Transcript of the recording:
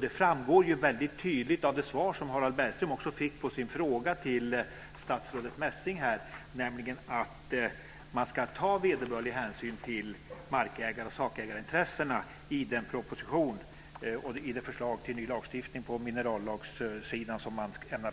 Det framgår väldigt tydligt av det svar som Harald Bergström fick på sin fråga till statsrådet Messing, nämligen att man ska ta vederbörlig hänsyn till markägarintressen, sakägarintressen, i det förslag till ny lagstiftning på minerallagssidan som man ämnar